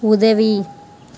உதவி